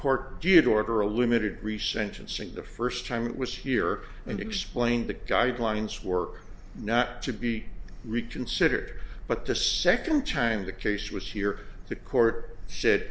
court did order a limited recent unsing the first time it was here and explained the guidelines were not to be reconsidered but the second time the case was here the court said